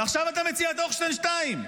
ועכשיו אתה מציע את הוכשטיין 2?